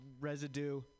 Residue